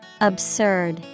Absurd